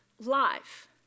life